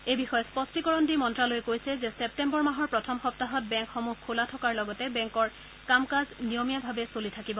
এই বিষয়ে স্পষ্টীকৰণ দি মন্ত্যালয়ে কৈছে যে ছেপ্টেম্বৰ মাহৰ প্ৰথম সপ্তাহত বেংকসমূহ খোলা থকাৰ লগতে বেংকৰ কাম কাজ নিয়মীয়াভাৱে চলি থাকিব